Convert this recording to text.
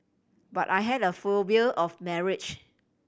but I had a phobia of marriage